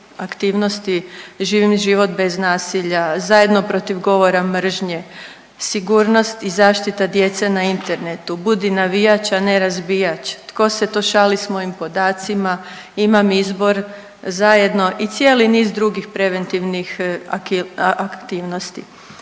aktivnosti „Živim život bez nasilja“, „Zajedno protiv govora mržnje“, „Sigurnost i zaštita djece na internetu“, „Budi navijač, a ne razbijač“, „Tko se to šali sa mojim podacima“, „Imam izbor“, „Zajedno“ i cijeli niz drugih preventivnih aktivnosti.